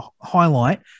highlight